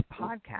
podcast